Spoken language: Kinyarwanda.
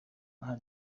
aha